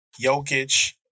Jokic